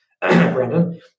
Brandon